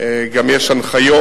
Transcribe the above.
גם יש הנחיות,